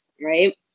right